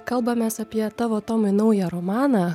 kalbamės apie tavo tomai naują romaną